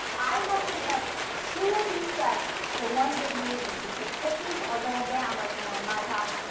i like to have and two of these sets for one big reasons. because cookies are going down right now in my house.